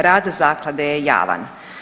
Rad zaklade je javan.